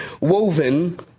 woven